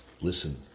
listen